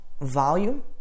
volume